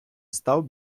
став